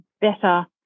better